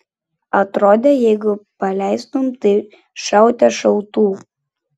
atrodė jeigu paleistum tai šaute šautų